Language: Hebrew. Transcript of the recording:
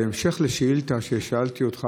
בהמשך לשאילתה ששאלתי אותך,